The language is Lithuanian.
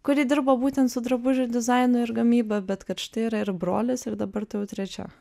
kuri dirbo būtent su drabužių dizainu ir gamyba bet kad štai yra ir brolis ir dabar tu jau trečia